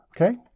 okay